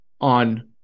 on